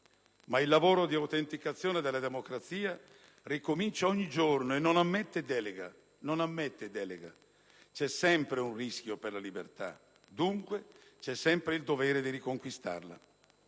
il lavoro di autenticazione della democrazia ricomincia ogni giorno e non ammette delega; c'è sempre un rischio per la libertà, dunque c'è sempre il dovere di riconquistarla.